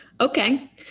Okay